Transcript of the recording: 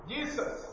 Jesus